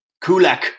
Kulak